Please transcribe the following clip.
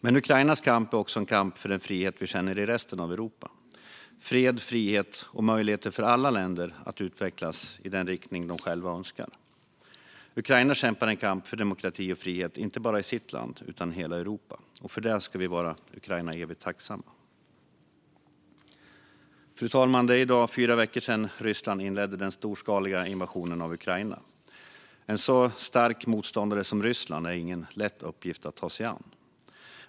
Men Ukrainas kamp är också en kamp för den frihet vi känner i resten av Europa - fred, frihet och möjligheter för alla länder att utvecklas i den riktning de själva önskar. Ukraina utkämpar en kamp för demokrati och frihet inte bara i sitt land utan i hela Europa. För det ska vi vara Ukraina evigt tacksamma. Fru talman! I dag är det fyra veckor sedan Ryssland inledde den storskaliga invasionen av Ukraina. En så stark motståndare som Ryssland är inte lätt att ta sig an.